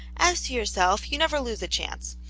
as to your self, you never lose a chance.